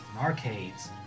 arcades